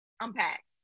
Unpack